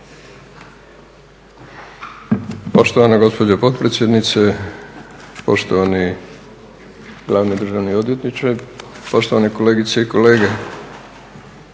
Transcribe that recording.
lijepa gospodine potpredsjedniče, poštovani gospodine državni odvjetniče, kolegice i kolege.